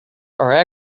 are